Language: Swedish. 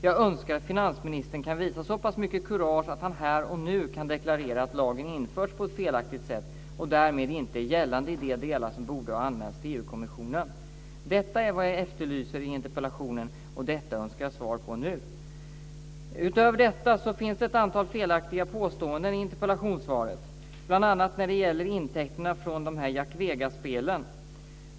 Jag önskar att finansministern kan visa så pass mycket kurage att han här och nu deklarerar att lagen införts på ett felaktigt sätt och därmed inte är gällande i de delar som borde ha anmälts till EG kommissionen. Detta är vad jag efterlyser i interpellationen, och detta önskar jag svar på nu. Därutöver finns ett antal felaktiga påståenden i interpellationssvaret, bl.a. när det gäller intäkterna från Jack Vegasspelen.